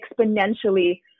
exponentially